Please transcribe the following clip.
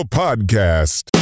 podcast